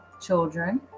children